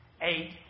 Eight